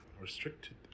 restricted